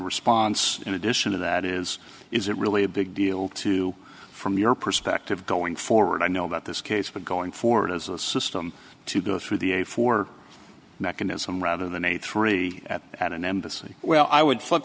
response in addition to that is is it really a big deal to from your perspective going forward i know about this case but going forward as a system to go through the a four mechanism rather than a three at an embassy well i would flip